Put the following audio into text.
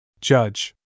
Judge